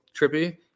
trippy